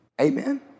Amen